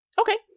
Okay